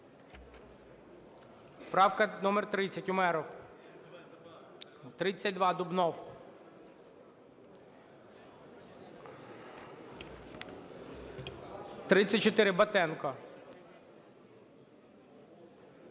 Правка номер 30, Умєров. 32, Дубнов. 34. Батенко.